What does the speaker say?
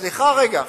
סליחה רגע.